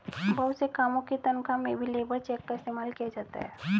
बहुत से कामों की तन्ख्वाह में भी लेबर चेक का इस्तेमाल किया जाता है